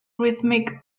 rhythmic